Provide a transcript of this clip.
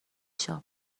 شاپ